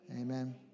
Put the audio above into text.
Amen